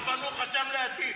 אבל הוא חשב לעתיד.